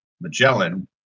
Magellan